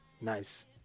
Nice